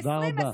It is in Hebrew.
תודה רבה.